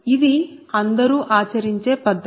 ఇది అందరూ ఆచరించే పద్ధతి